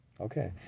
okay